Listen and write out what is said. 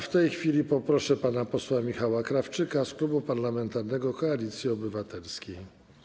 W tej chwili poproszę pana posła Michała Krawczyka z Klubu Parlamentarnego Koalicja Obywatelska.